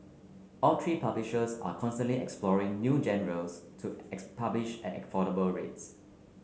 all three publishers are constantly exploring new to publish at affordable rates